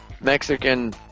Mexican